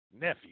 nephew